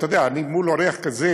אתה יודע, מול אורח כזה